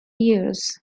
years